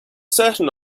certain